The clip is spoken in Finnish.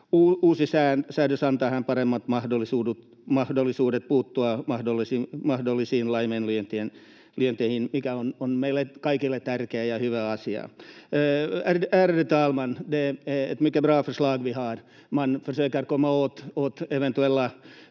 Uusi säädös antaa vähän paremmat mahdollisuudet puuttua mahdollisiin laiminlyönteihin, mikä on meille kaikille tärkeä ja hyvä asia. Ärade talman! Det är ett mycket